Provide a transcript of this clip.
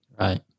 Right